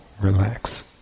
relax